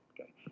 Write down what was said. Okay